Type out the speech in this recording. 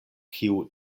kiu